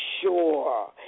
sure